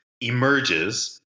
emerges